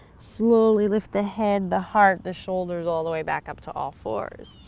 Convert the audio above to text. slowly lift the head, the heart, the shoulders, all the way back up to all fours.